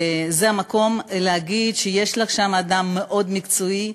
המקום להגיד שיש לך שם אדם מאוד מקצועי.